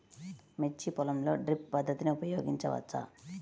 మిర్చి పొలంలో డ్రిప్ పద్ధతిని ఉపయోగించవచ్చా?